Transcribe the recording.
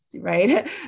right